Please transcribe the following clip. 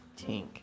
tink